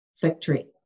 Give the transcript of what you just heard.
victory